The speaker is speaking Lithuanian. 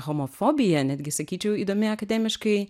homofobija netgi sakyčiau įdomi akademiškai